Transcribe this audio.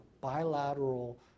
bilateral